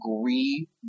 agree